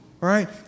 right